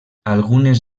algunes